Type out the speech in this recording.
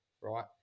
right